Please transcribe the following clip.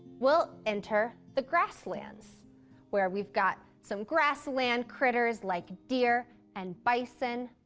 we'll enter the grasslands where we've got some grassland critters, like deer and bison.